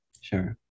Sure